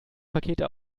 pakete